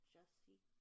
Jesse